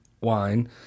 wine